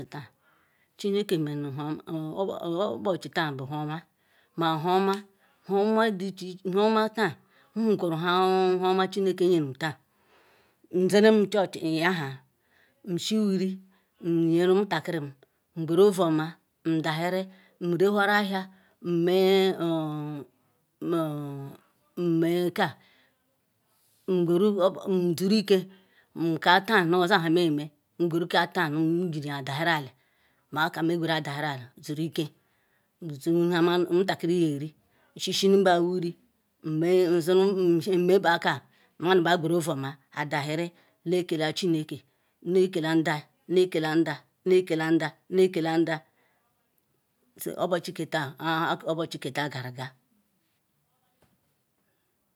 Nutan. chineke menu nhu obuchitan bu huoma. ma-huoma huoma dicheche nhuoma tan nhuqwuru huoma chineke yeru taan nzilem church nyaha nshiwuri nyeru omutakirim. nqweru ovuoma ndahiri nrehuru ahia nme-or-hu-nme ka nqweru nzirike ukaa taan nu oza ihe meyemr qweruka taa nuyeriya daherieli maka meqwera daherichi surike susuru nha ma nu-omutakiribyeri shishunuba wari nme nsunu nmekpaka munuba qweru ovuoma adahiri ne-ekela-chineke nnekela ndah nnekela ndah nnekela ndah nnekela ndah obuchi ke taa haha obuchi ke taan ngaru ga.